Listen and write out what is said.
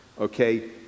okay